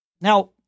Now